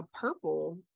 purple